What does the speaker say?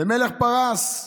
למלך פרס.